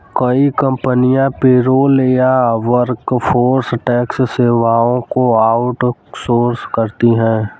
कई कंपनियां पेरोल या वर्कफोर्स टैक्स सेवाओं को आउट सोर्स करती है